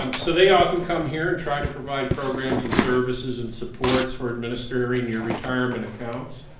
um so they often come here and try to provide programs and services and supports for administering your retirement accounts.